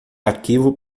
arquivo